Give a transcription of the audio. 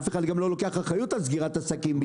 אף אחד גם לא לוקח אחריות על סגירת עסקים בישראל.